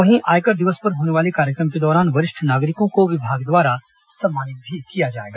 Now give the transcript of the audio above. वहीं आयकर दिवस पर होने वाले कार्यक्रम के दौरान वरिष्ठ नागरिकों को विभाग द्वारा सम्मानित भी किया जाएगा